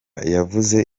yavuze